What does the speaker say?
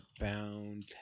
Bound